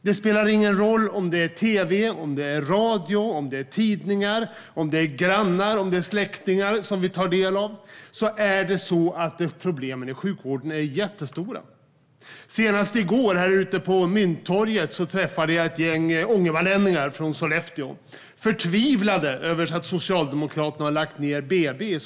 Det spelar ingen roll om vi tar del av det som sägs i tv, radio eller tidningar eller av grannar eller släktingar: Problemen inom sjukvården är jättestora. Senast i går träffade jag ute på Mynttorget ett gäng ångermanlänningar från Sollefteå. De var förtvivlade över att Socialdemokraterna har lagt ned BB där.